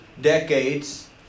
decades